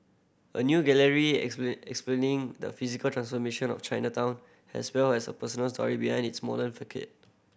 a new gallery explain explaining the physical transformation of Chinatown as well as personal story behind its modern